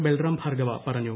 ബൽറാം ഭാർഗവ പറഞ്ഞു